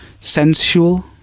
sensual